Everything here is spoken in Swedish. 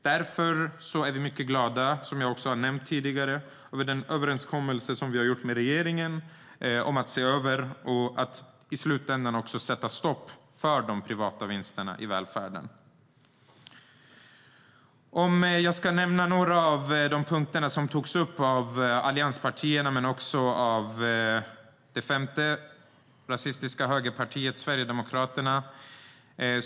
Därför är vi, vilket jag har nämnt tidigare, mycket glada över den överenskommelse vi har gjort med regeringen om att se över och i slutändan sätta stopp för de privata vinsterna i välfärden. Jag ska nämna några av de punkter som togs upp av allianspartierna och av det femte - rasistiska - högerpartiet Sverigedemokraterna.